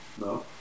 no